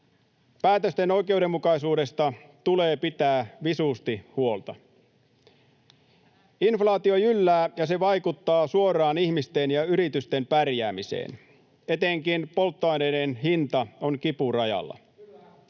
Päätösten oikeudenmukaisuudesta tulee pitää visusti huolta. Inflaatio jyllää, ja se vaikuttaa suoraan ihmisten ja yritysten pärjäämiseen. Etenkin polttoaineiden hinta on kipurajalla.